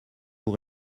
vous